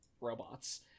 robots